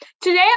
today